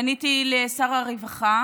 פניתי לשר הרווחה